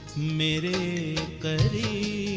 meeting the